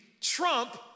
trump